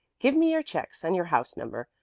give me your checks and your house number,